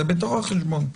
זה בתוך החשבון.